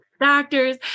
doctors